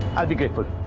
i'll be grateful.